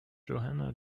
johanna